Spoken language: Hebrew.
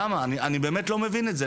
אני באמת לא מבין את זה.